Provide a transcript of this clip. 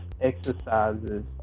exercises